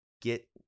get